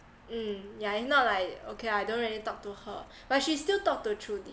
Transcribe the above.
mm yeah if not like okay I don't really talk to her but she still talk to trudy